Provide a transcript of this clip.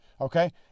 Okay